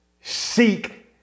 seek